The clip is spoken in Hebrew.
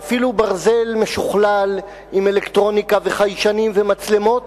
ואפילו ברזל משוכלל עם אלקטרוניקה וחיישנים ומצלמות,